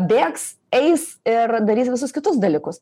bėgs eis ir darys visus kitus dalykus